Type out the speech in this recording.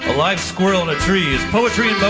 live squirrel on a tree is poetry